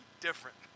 different